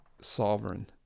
sovereign